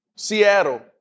Seattle